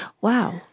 Wow